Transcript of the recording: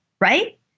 right